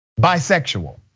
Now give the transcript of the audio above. bisexual